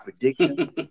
prediction